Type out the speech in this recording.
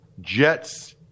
Jets